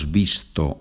visto